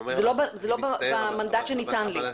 זה לא במנדט שניתן לי.